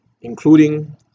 including